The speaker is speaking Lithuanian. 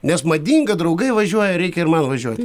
nes madinga draugai važiuoja reikia ir man važiuot